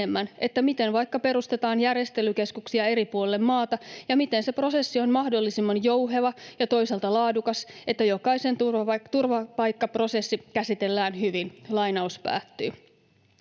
miten vaikka perustetaan järjestelykeskuksia eri puolille maata ja miten se prosessi on mahdollisimman jouheva ja toisaalta laadukas, että jokaisen turvapaikkaprosessi käsitellään hyvin.” Tämä